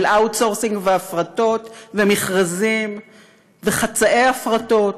של outsourcing והפרטות ומכרזים וחצאי הפרטות.